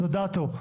זו דעתו.